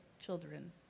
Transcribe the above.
children